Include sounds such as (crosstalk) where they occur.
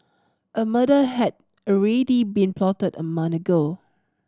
a murder had already been plotted a (unintelligible) ago